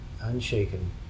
unshaken